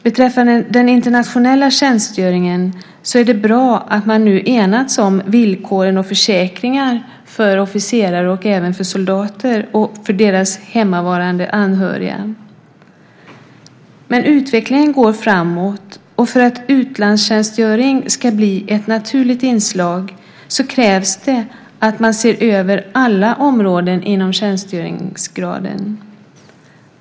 Beträffande den internationella tjänstgöringen är det bra att man nu enats om villkoren och försäkringar för officerare och även för soldater och deras hemmavarande anhöriga. Men utvecklingen går framåt, och för att utlandstjänstgöring ska bli ett naturligt inslag krävs det att man ser över alla områden inom tjänstgöringsgraden.